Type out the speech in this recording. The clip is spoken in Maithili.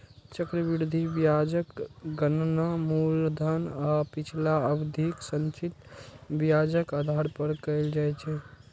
चक्रवृद्धि ब्याजक गणना मूलधन आ पिछला अवधिक संचित ब्याजक आधार पर कैल जाइ छै